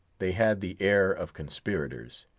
they had the air of conspirators.